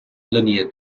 linear